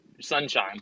sunshine